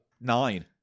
nine